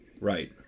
Right